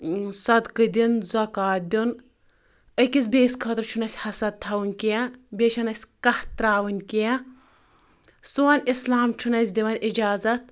صدقہٕ دِیُن زکات دیُن ٲکِس بیٚیس خٲطِرٕ چُھنہٕ اَسہٕ حسد تھاون کینٛہہ بیٚیہِ چھَنہٕ آسہِ کتھ ترٛاوٕنۍ کینٛہہ سون اسلام چُھنہٕ اَسہٕ دِوان اجازت